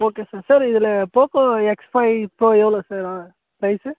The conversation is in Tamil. ஓகே சார் சார் இதில் போக்கோ எக்ஸ் ஃபை ப்ரோ எவ்வளோ சார் பிரைஸு